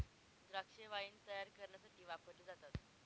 द्राक्षे वाईन तायार करण्यासाठी वापरली जातात